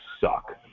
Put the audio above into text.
suck